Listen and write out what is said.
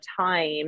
time